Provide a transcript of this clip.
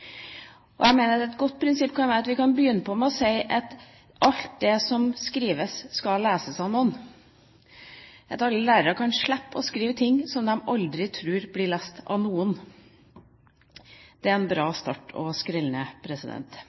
Et godt prinsipp kan være at vi begynner med å si at alt det som skrives, skal leses av noen. At alle lærerne kan slippe å skrive ting som de tror aldri blir lest av noen, er en bra start